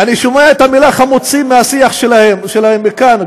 אני שומע את המילה "חמוצים" מהשיח שלהם מכאן,